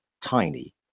tiny